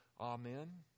Amen